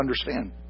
understand